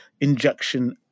injection